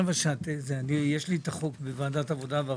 רבע שעה, יש לי את החוק בוועדת העבודה והרווחה.